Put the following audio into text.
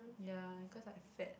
ya cause I fat